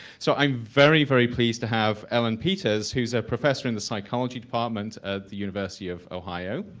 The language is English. so, i'm very very pleased to have ellen peters, who is a professor in the psychology department at the university of ohio.